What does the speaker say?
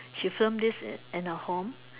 she filmed this in her home